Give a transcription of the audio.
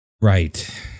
Right